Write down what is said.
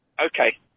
Okay